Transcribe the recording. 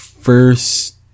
first